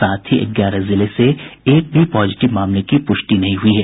साथ ही ग्यारह जिले से एक भी पॉजिटिव मामले की पुष्टि नहीं हई है